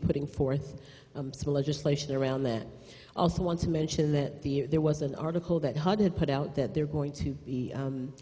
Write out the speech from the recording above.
putting forth the legislation around that i also want to mention that the there was an article that hud had put out that they're going to be